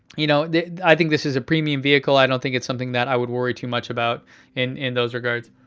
you know i think this is a premium vehicle. i don't think it's something that i would worry too much about in in those regards.